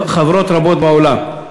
חברות רבות בעולם,